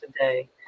today